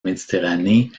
méditerranée